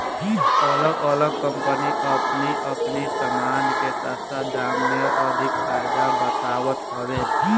अलग अलग कम्पनी अपनी अपनी सामान के सस्ता दाम में अधिका फायदा बतावत हवे